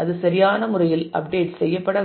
அது சரியான முறையில் அப்டேட் செய்யப்பட வேண்டும்